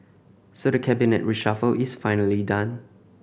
so the Cabinet reshuffle is finally done